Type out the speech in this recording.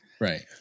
Right